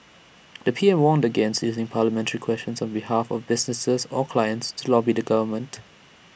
the P M warned against using parliamentary questions on behalf of businesses or clients to lobby the government